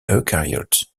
eukaryotes